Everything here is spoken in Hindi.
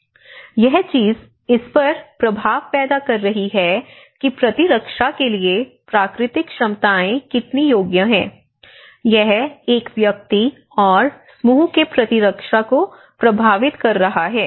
यह चीज इसपर प्रभाव पैदा कर रही है कि प्रतिरक्षा के लिए प्राकृतिक क्षमताएं कितनी योग्य है यह एक व्यक्ति और समूह के प्रतिरक्षा को प्रभावित कर रहा है